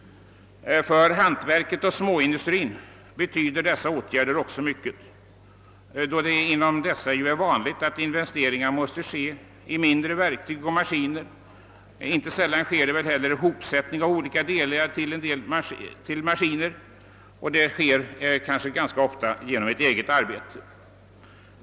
För hantverket och småindustrin betyder dessa åtgärder också mycket, då det inom dessa näringar är vanligt att investeringar måste företagas i mindre verktyg och maskiner. Inte sällan företas ihopsättning av olika delar till maskiner genom eget arbete.